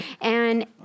And-